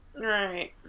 Right